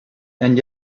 and